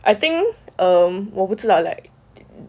I think um 我不知道 like